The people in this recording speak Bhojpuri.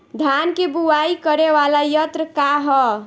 धान के बुवाई करे वाला यत्र का ह?